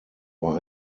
war